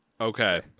Okay